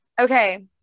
Okay